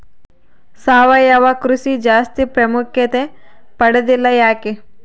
ಸಾವಯವ ಕೃಷಿ ಜಾಸ್ತಿ ಪ್ರಾಮುಖ್ಯತೆ ಪಡೆದಿಲ್ಲ ಯಾಕೆ?